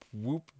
whoop